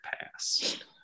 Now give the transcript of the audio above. pass